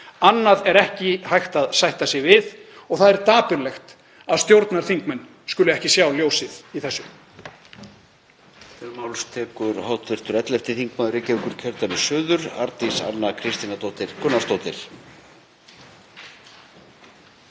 Annað er ekki hægt að sætta sig við og það er dapurlegt að stjórnarþingmenn skuli ekki sjá ljósið í þessu.